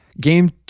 game